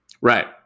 Right